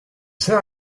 c’est